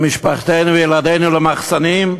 את משפחותינו ואת ילדינו למחסנים?